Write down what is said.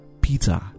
peter